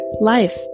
life